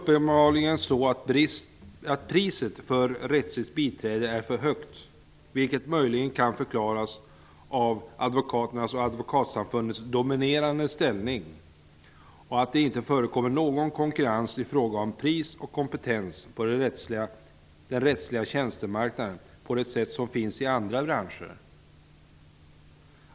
Priset för rättsligt biträde är uppenbarligen för högt, vilket möjligen kan förklaras av advokaternas och Advokatsamfundets dominerande ställning. Det förekommer inte någon konkurrens i fråga om pris och kompetens på den rättsliga tjänstemarknaden på det sätt som det gör i andra branscher.